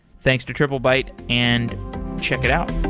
thanks to triplebyte and check it out